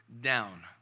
down